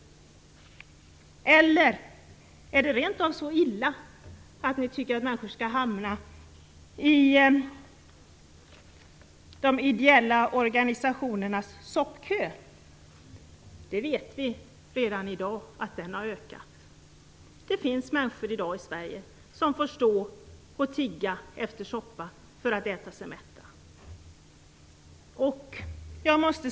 Eller är det rent av så illa att ni tycker att människor skall hamna i de ideella organisationernas soppköer? Vi vet att de redan i dag har ökat. Det finns människor i dag i Sverige som får stå och tigga om soppa för att äta sig mätta.